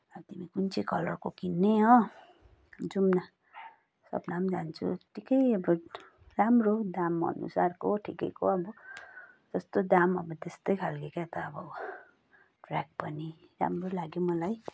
अब तिमी कुन चाहिँ कलरको किन्ने हो जाऊँ न स्वप्ना पनि जान्छे यत्तिकै अब राम्रो दामअनुसारको ठिकैको जस्तो दाम अब त्यस्तै खालको क्या त अब ट्र्याक पनि राम्रो लाग्यो मलाई